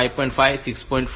5 6